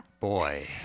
Boy